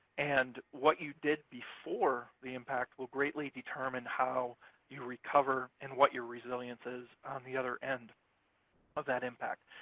and what you did before the impact will greatly determine how you recover and what your resilience is on the other end of that impact.